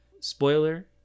Spoiler